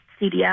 CDF